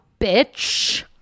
bitch